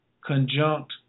conjunct